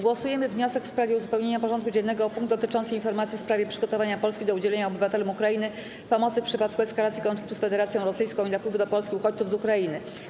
Głosujemy nad wnioskiem w sprawie uzupełnienia porządku dziennego o punkt dotyczący informacji w sprawie przygotowania Polski do udzielenia obywatelom Ukrainy pomocy w przypadku eskalacji konfliktu z Federacją Rosyjską i napływu do Polski uchodźców z Ukrainy.